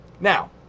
Now